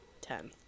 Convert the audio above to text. ten